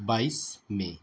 बाइस मई